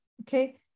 okay